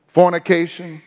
Fornication